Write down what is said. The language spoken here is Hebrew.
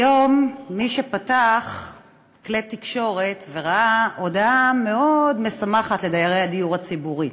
היום מי שפתח כלי תקשורת ראה הודעה מאוד משמחת לדיירי הדיור הציבורי: